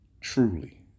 truly